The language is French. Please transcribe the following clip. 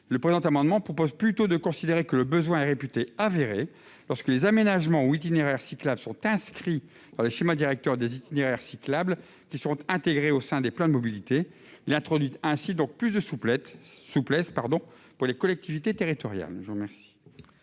Le présent amendement vise plutôt à prévoir que le besoin est réputé avéré lorsque les aménagements ou itinéraires cyclables sont inscrits dans le schéma directeur des itinéraires cyclables qui est intégré au plan de mobilité. Il tend donc à introduire plus de souplesse pour les collectivités territoriales.